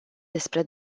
despre